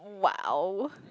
!wow!